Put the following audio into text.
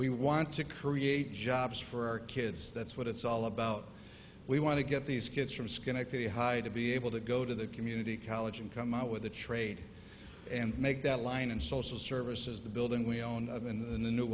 we want to create jobs for our kids that's what it's all about we want to get these kids from schenectady high to be able to go to the community college and come out with a trade and make that line and social services the building we own